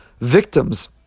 victims